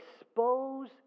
expose